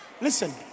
listen